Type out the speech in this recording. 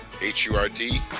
H-U-R-D